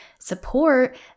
support